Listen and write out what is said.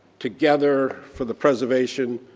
together for the preservation,